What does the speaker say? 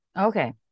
Okay